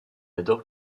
adore